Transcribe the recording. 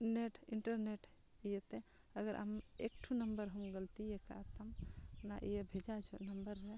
ᱟᱨ net internet ᱤᱭᱟᱹᱛᱮ ᱟᱜᱟᱨ ᱟᱢ ᱮᱠᱴᱩ ᱱᱟᱢᱵᱟᱨ ᱦᱚᱢ ᱜᱟᱹᱞᱛᱤᱭᱟᱠᱟᱜ ᱛᱟᱢ ᱚᱱᱟ ᱵᱷᱮᱡᱟ ᱡᱚᱦᱚᱜ ᱱᱟᱢᱵᱟᱨ ᱨᱮ